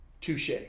touche